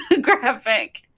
graphic